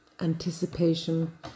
Anticipation